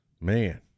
Man